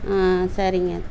ஆ சரிங்க